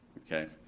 okay?